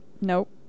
Nope